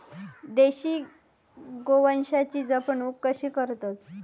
देशी गोवंशाची जपणूक कशी करतत?